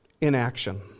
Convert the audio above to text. inaction